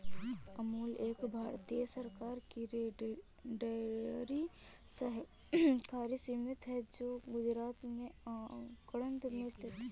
अमूल एक भारतीय सरकार की डेयरी सहकारी समिति है जो गुजरात के आणंद में स्थित है